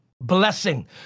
blessing